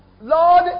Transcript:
Lord